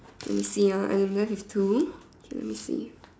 let me see ah I'm left with two okay let me see